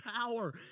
power